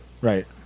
Right